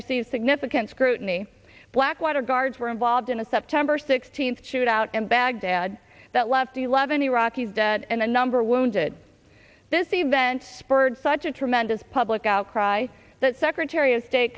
received significant scrutiny blackwater guards were involved in a september sixteenth shoot out in baghdad that left eleven iraqis dead and a number wounded this event spurred such a tremendous public outcry that secretary of state